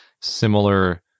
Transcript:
similar